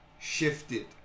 shifted